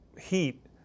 heat